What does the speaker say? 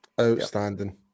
Outstanding